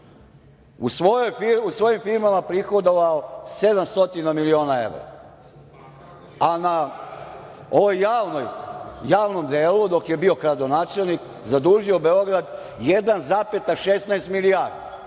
u svojim firmama prihodovao 700 miliona evra, a na ovom javnom delu dok je bio „kradonačelnik“ zadužio Beograd 1,16 milijardi.